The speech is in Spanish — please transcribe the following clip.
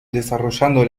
desarrollando